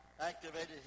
activated